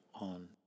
on